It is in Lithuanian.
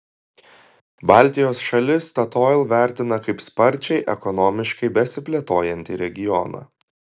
baltijos šalis statoil vertina kaip sparčiai ekonomiškai besiplėtojantį regioną